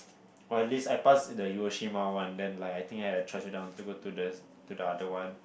or at least I passed the Hiroshima one then like I think I had the choice whether I want to go to the to the other one